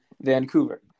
Vancouver